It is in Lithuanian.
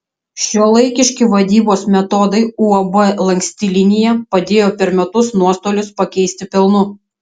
šiuolaikiški vadybos metodai uab lanksti linija padėjo per metus nuostolius pakeisti pelnu